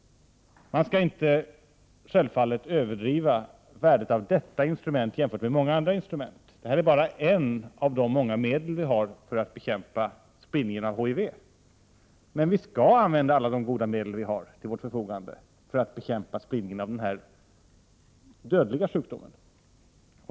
Man skall självfallet inte överdriva värdet av detta instrument jämfört med många andra instrument. Detta är bara ett av de många medel som finns för att bekämpa spridningen av HIV. Men vi skall använda alla de goda medel som finns till förfogande för att bekämpa spridningen av den här dödliga sjukdomen.